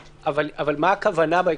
מה הכוונה?